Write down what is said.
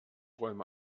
räume